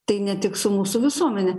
tai ne tik su mūsų visuomene